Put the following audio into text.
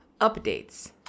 updates